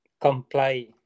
comply